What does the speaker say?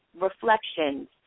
reflections